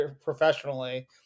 professionally